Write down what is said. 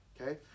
Okay